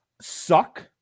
suck